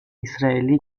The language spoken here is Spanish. israelí